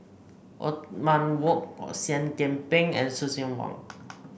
Othman Wok Seah Kian Peng and Lucien Wang